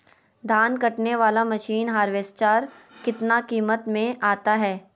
धान कटने बाला मसीन हार्बेस्टार कितना किमत में आता है?